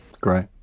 great